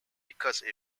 because